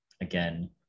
again